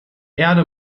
erde